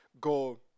go